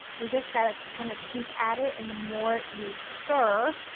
you've just gotta kind of keep at it and the more you stir,